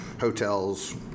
hotels